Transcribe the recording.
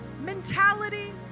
mentality